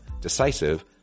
decisive